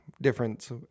difference